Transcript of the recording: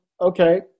okay